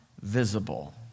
visible